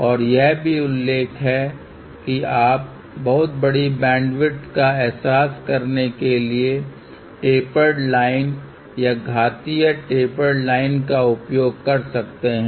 और यह भी उल्लेख है कि आप बहुत बड़ी बैंडविड्थ का एहसास करने के लिए टेपर्ड लाइन या घातीय टेपर्ड लाइन का उपयोग कर सकते हैं